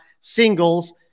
singles